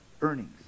earnings